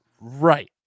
Right